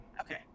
okay